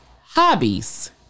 hobbies